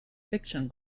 fiction